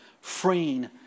freeing